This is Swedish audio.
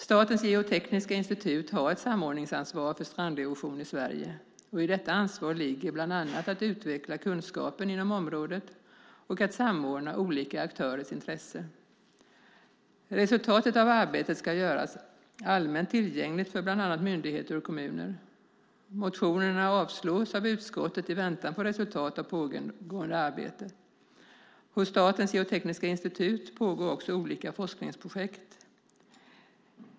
Statens geotekniska institut har ett samordningsansvar för stranderosion i Sverige, och i detta ansvar ligger bland annat att utveckla kunskapen inom området och att samordna olika aktörers intresse. Resultatet av arbetet ska göras allmänt tillgängligt för bland annat myndigheter och kommuner. Motionerna avstyrks av utskottet i väntan på resultat av pågående arbete. Hos Statens geotekniska institut pågår också olika forskningsprojekt.